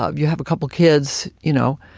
ah you have a couple kids, you know,